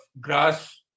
grass